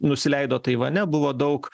nusileido taivane buvo daug